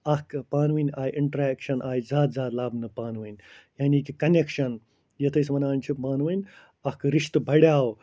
اَکھ پانہٕ ؤنۍ آیہِ اِنٛٹرٛیکشَن آیہِ زیادٕ زیادٕ لَبنہٕ پانہٕ ؤنۍ یعنی کہِ کَنٮ۪کشَن یَتھ أسۍ وَنان چھِ پانہٕ ؤنۍ اَکھ رِشتہٕ بڑیو